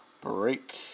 break